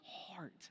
heart